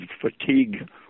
fatigue